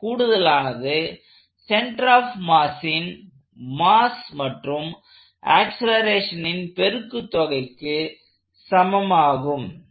கூடுதலானது centre of மாஸின் mass மற்றும் ஆக்சலேரேஷனின் பெருக்கு தொகைக்கு சமமாகும்